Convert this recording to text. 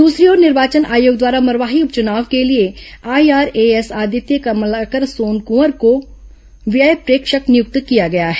दूसरी ओर निर्वाचन आयोग द्वारा मरवाही उपचुनाव के लिए आईआरएएस आदित्य कमलाकर सोमकुंवर को व्यय प्रेक्षक नियुक्त किया गया है